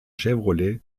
chevrolet